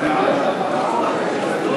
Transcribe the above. לדיון מוקדם בוועדה שתקבע ועדת הכנסת נתקבלה.